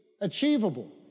achievable